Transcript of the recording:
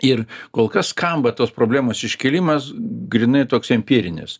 ir kol kas skamba tos problemos iškėlimas grynai toks empirinis